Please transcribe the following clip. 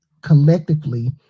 collectively